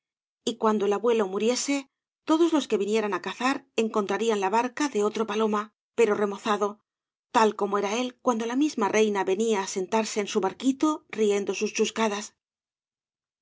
y cuando el abuelo muriese todos los que vinieran á cazar encontrarían la barca de otro paloma pero remozado tal como era él cuando la misma reina venía á sentarse en bu barquito riendo sus chuscadas